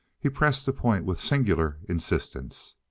he pressed the point with singular insistence.